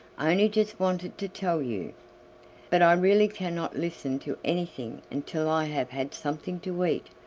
i only just wanted to tell you but i really cannot listen to anything until i have had something to eat,